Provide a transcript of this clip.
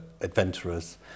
adventurous